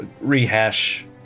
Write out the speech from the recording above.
rehash